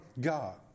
God